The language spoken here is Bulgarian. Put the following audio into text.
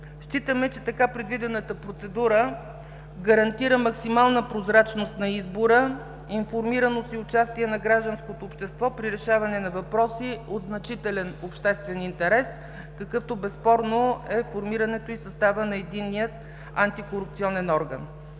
Считаме, че така предвидената процедура гарантира максимална прозрачност на избора, информираност и участие на гражданското общество при решаване на въпроси от значителен обществен интерес, каквито безспорно са формирането и съставът на единния антикорупционен орган.